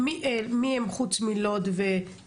בערים המעורבות, מיהן הערים מעבר ללוד ועכו?